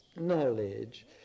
knowledge